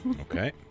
Okay